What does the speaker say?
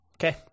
Okay